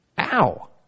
Ow